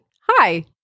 Hi